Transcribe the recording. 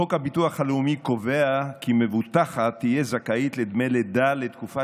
חוק הביטוח הלאומי קובע כי מבוטחת תהיה זכאית לדמי לידה לתקופה